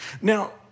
Now